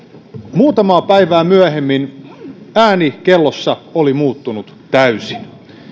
muutamaa päivää myöhemmin ääni kellossa oli muuttunut täysin